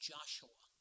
Joshua